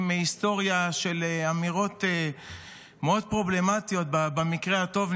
עם היסטוריה של אמירות מאוד פרובלמטיות במקרה הטוב,